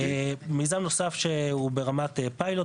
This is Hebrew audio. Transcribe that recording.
מיזם נוסף שהוא פיילוט.